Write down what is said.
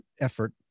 effort